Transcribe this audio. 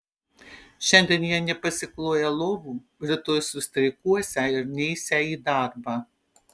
šiandien jie nepasikloją lovų ryt sustreikuosią ir neisią į darbą